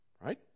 right